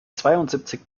zweiundsiebzig